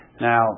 Now